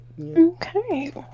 Okay